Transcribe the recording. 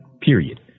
period